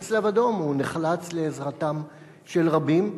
יש צלב-אדום, הוא נחלץ לעזרתם של רבים.